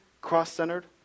cross-centered